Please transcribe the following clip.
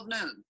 noon